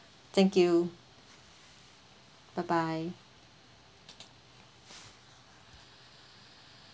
thank you bye bye